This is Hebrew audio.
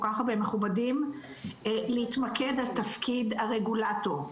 כך הרבה מכובדים להתמקד על תפקיד הרגולטור.